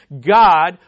God